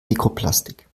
mikroplastik